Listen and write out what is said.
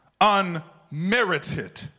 unmerited